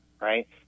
right